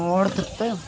ಓಡರ್ತಿತ್ತು